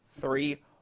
three